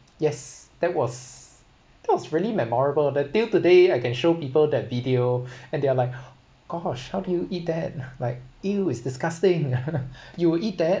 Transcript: yes that was that was really memorable that till today I can show people that video and they are like gosh how do you eat that like !eww! it's disgusting you'll eat that